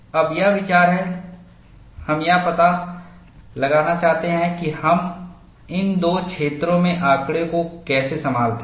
अब यह विचार है हम यह पता लगाना चाहते हैं कि हम इन दो क्षेत्रों में आंकड़े को कैसे संभालते हैं